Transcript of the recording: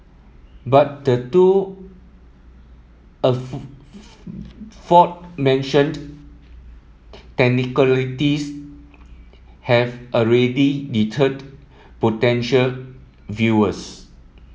but the two aforementioned technicalities have already deterred potential viewers